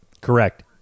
Correct